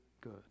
good